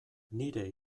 nire